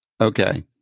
Okay